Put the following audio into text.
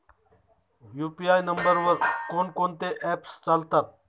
UPI नंबरवर कोण कोणते ऍप्स चालतात?